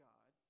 God